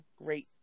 great